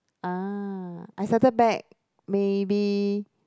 ah I started back maybe